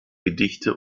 gedichte